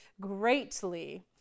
greatly